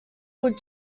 would